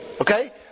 Okay